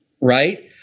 Right